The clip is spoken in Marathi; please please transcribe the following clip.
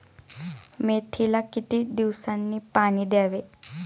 मेथीला किती दिवसांनी पाणी द्यावे?